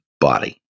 body